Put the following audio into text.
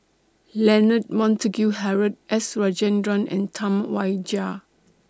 Leonard Montague Harrod S Rajendran and Tam Wai Jia